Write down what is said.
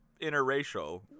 interracial